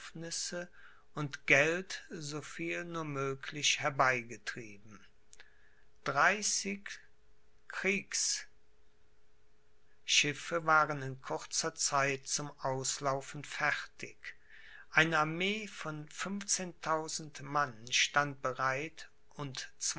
und geld so viel nur möglich herbeigetrieben dreißig kriegsschisse waren in kurzer zeit zum auslaufen fertig eine armee von fünfzehntausend mann stand bereit und